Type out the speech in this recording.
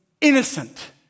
innocent